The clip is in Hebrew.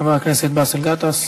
חבר הכנסת באסל גטאס,